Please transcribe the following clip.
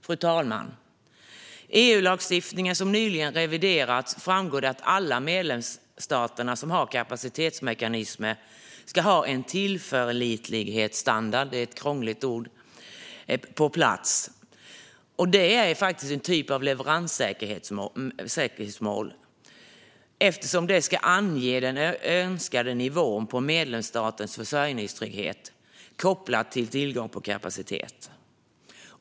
Fru talman! I EU-lagstiftningen som nyligen reviderats framgår det att alla medlemsstaterna som har kapacitetsmekanismer ska ha en tillförlitlighetsstandard - ett krångligt ord - på plats. Det är faktiskt en typ av leveranssäkerhetsmål eftersom det ska ange den önskade nivån på medlemsstatens försörjningstrygghet kopplad till tillgång på kapacitet.